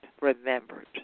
remembered